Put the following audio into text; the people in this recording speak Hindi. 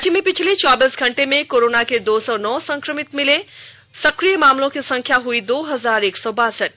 राज्य में पिछले चौबीस घंटे में कोरोना के दो सौ नौ नए संक्रमित मिले सक्रिय मामलों की संख्या हुई दो हजार एक सौ बासठ